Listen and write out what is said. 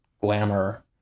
glamour